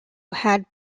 had